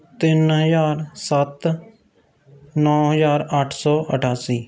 ਤਿੰਨ ਹਜ਼ਾਰ ਸੱਤ ਨੌਂ ਹਜ਼ਾਰ ਅੱਠ ਸੌ ਅਠਾਸੀ